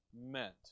meant